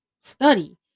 study